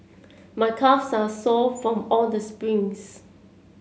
my calves are sore from all this sprints